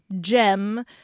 gem